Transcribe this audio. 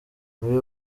muri